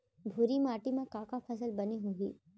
भूरा माटी मा का का फसल बने होही?